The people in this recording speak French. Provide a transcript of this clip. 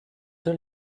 deux